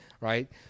right